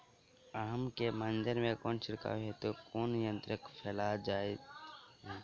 आम केँ मंजर मे छिड़काव हेतु कुन यंत्रक प्रयोग कैल जाय?